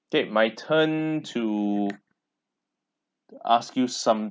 okay my turn to to ask you something